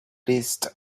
list